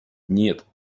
нет